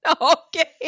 Okay